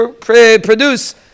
produce